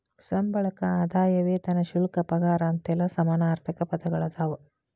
ಸಂಬಳಕ್ಕ ಆದಾಯ ವೇತನ ಶುಲ್ಕ ಪಗಾರ ಅಂತೆಲ್ಲಾ ಸಮಾನಾರ್ಥಕ ಪದಗಳದಾವ